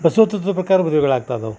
ಬಸವ ತತ್ವದ ಪ್ರಕಾರ ಮದುವೆಗಳು ಆಗ್ತಾ ಇದವ